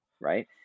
right